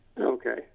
Okay